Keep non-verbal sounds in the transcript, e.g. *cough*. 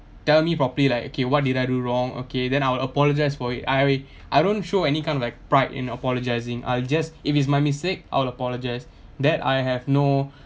tell me properly like okay what did I do wrong okay then I will apologize for it I *breath* I don't show any kind of like pride in apologizing I'll just if it's my mistake I'll apologize that I have no